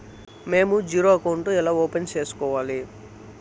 మేము zero account ఎలా open సేసుకోవాలి